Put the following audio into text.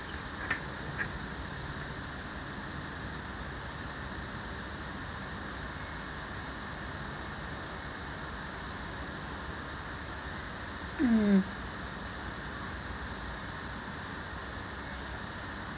mm